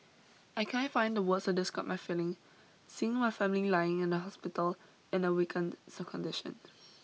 I can't find the words to describe my feeling seeing my family lying in the hospital in a weakened so condition